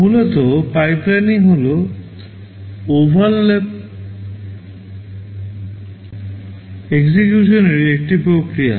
মূলত পাইপলাইনিং হল overlapped execution এর একটি প্রক্রিয়া